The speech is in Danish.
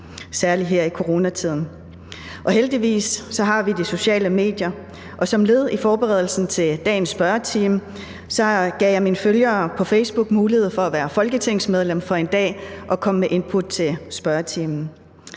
særlig her i coronatiden. Heldigvis har vi de sociale medier, og som led i forberedelsen til dagens spørgetime gav jeg mine følgere på Facebook mulighed for at være folketingsmedlem for en dag og for at komme med input til spørgetimen.